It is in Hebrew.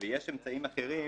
יש אמצעים אחרים